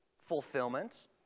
fulfillment